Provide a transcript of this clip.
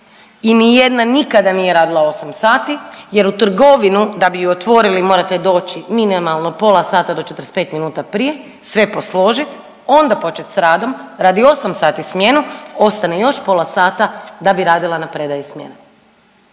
i ni jedna nije nikada radila 8 sati jer u trgovinu da bi ju otvorili morate doći minimalno pola sati do 45 minuta prije, sve posložit, onda počet s radom, radi 8 sati smjenu, ostane još pola sata da bi radila na predaji smjene.